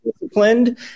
disciplined